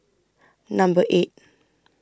Number eight